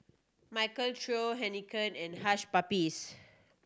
Michael Trio Heinekein and Hush Puppies